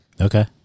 Okay